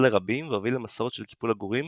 לרבים והוביל למסורת של קיפול עגורים